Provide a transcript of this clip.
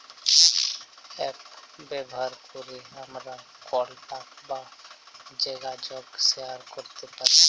app ব্যাভার ক্যরে আমরা কলটাক বা জ্যগাজগ শেয়ার ক্যরতে পারি